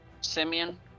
Simeon